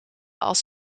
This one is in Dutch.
als